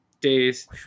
days